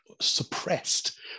suppressed